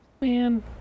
Man